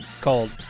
called